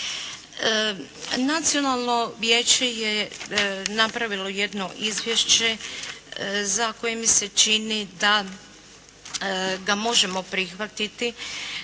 Nacionalno vijeće je napravilo jedno izvješće za koje mi se čini da ga možemo prihvatiti,